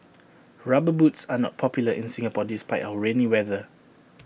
rubber boots are not popular in Singapore despite our rainy weather